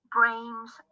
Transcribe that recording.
Brains